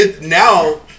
now